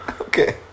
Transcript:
Okay